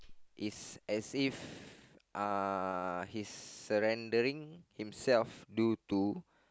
is as if uh he's surrendering himself due to